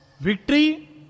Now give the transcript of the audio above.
victory